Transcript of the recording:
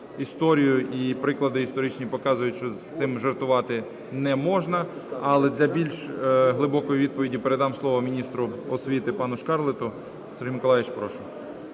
історію, і приклади історичні показують, що з цим жартувати не можна. Але для більш глибокої відповіді передам слово міністру освіти пану Шкарлету. Сергій Миколайович, прошу.